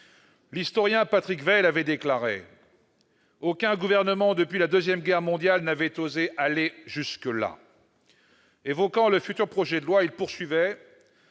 L'historien Patrick Weil a déclaré à ce sujet :« Aucun gouvernement depuis la Deuxième Guerre mondiale n'avait osé aller jusque-là ». Évoquant le futur projet de loi, il poursuivait